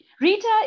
Rita